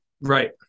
right